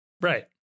Right